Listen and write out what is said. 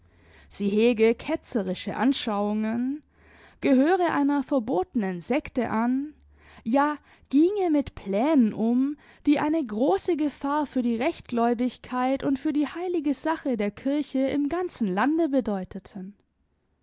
sie hege ketzerische anschauungen gehöre einer verbotenen sekte an ja ginge mit plänen um die eine große gefahr für die rechtgläubigkeit und für die heilige sache der kirche im ganzen lande bedeuteten